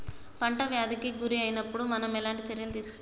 పంట వ్యాధి కి గురి అయినపుడు మనం ఎలాంటి చర్య తీసుకోవాలి?